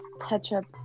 ketchup